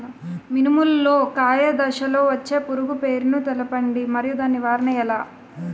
మినుము లో కాయ దశలో వచ్చే పురుగు పేరును తెలపండి? మరియు దాని నివారణ ఎలా?